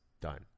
done